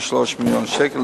23 מיליון שקלים,